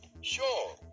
Sure